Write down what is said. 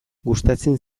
gustatzen